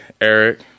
Eric